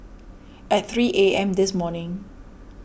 at three A M this morning